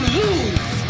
lose